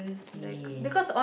yes